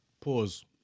pause